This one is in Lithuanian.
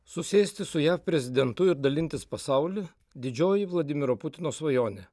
susėsti su jav prezidentu ir dalintis pasaulį didžioji vladimiro putino svajonė